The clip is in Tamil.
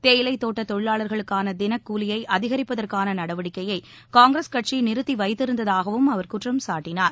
தேயிலை தோட்ட தொழிலாளர்களுக்கான தினக்கூலியை அதிகரிப்பதற்கான நடவடிக்கையை காங்கிரஸ் கட்சி நிறுத்தி வைத்திருந்ததாகவும் அவர் குற்றம் சாட்டினார்